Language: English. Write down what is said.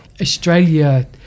Australia